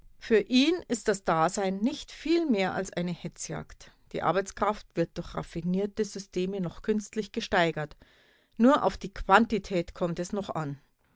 für ihn ist das dasein nicht viel mehr als eine hetzjagd die arbeitskraft wird durch raffinierte systeme noch künstlich gesteigert nur auf die quantität kommt es noch an